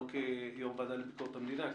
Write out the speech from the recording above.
לא כיושב-ראש הוועדה לענייני ביקורת המדינה,